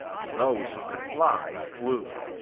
those who could fly, flew.